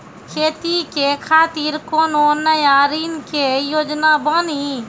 खेती के खातिर कोनो नया ऋण के योजना बानी?